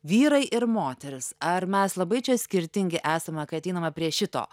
vyrai ir moterys ar mes labai čia skirtingi esame kai ateiname prie šito